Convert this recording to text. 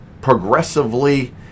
progressively